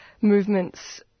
movements